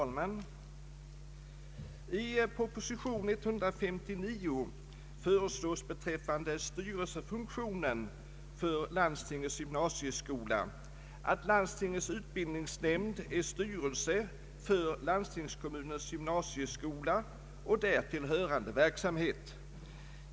Herr talman! I proposition 159 föreslås beträffande styrelsefunktionen för landstingets gymnasieskola att landstingets utbildningsnämnd ”är styrelse för landstingskommunens gymnasieskola och därtill hörande verksamhet”.